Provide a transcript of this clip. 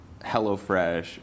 HelloFresh